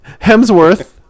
Hemsworth